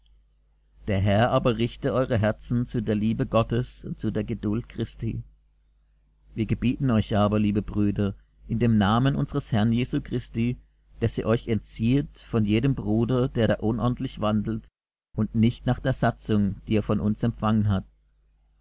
der herr aber richte eure herzen zu der liebe gottes und zu der geduld christi wir gebieten euch aber liebe brüder in dem namen unsers herrn jesu christi daß ihr euch entzieht von jedem bruder der da unordentlich wandelt und nicht nach der satzung die er von uns empfangen hat